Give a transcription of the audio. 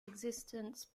existence